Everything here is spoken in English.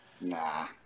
Nah